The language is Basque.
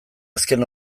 azken